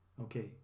okay